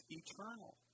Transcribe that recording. eternal